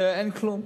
על זה יש בורר,